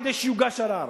כדי שיוגש ערר.